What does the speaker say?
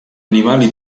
animali